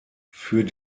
für